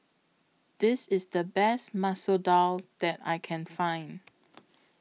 This IS The Best Masoor Dal that I Can Find